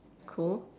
cool